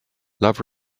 love